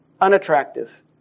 unattractive